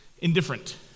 Indifferent